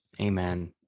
Amen